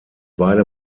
beide